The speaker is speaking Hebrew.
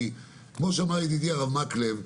כי, כמו שאמר ידידי הרב מקלב,